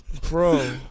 Bro